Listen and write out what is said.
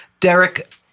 Derek